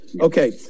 Okay